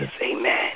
Amen